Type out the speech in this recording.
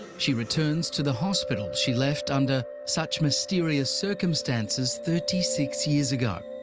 she returns to the hospital she left under such mysterious circumstances thirty six years ago.